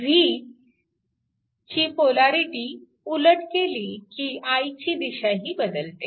V ची polarity उलट केली की i ची दिशाही बदलते